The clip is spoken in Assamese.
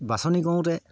বাছনি কৰোঁতে